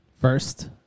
first